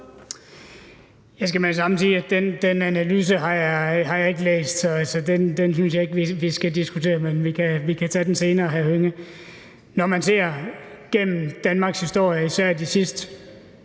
Jeg skal med det samme sige, at den analyse har jeg ikke læst, så den synes jeg ikke at vi skal diskutere. Men vi kan tage den senere, hr. Karsten Hønge. Når man ser gennem danmarkshistorien, har de sidste